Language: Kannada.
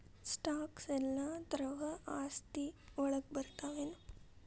ಸ್ಟಾಕ್ಸ್ ಯೆಲ್ಲಾ ದ್ರವ ಆಸ್ತಿ ವಳಗ್ ಬರ್ತಾವೆನ?